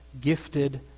gifted